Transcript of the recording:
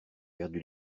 perdu